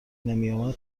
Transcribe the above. نمیآمد